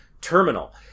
Terminal